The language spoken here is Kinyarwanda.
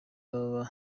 baba